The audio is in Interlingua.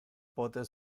pote